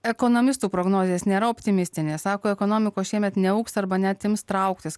ekonomistų prognozės nėra optimistinės sako ekonomikos šiemet neaugs arba net ims trauktis